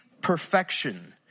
perfection